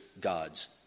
God's